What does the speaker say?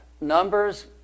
Numbers